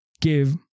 give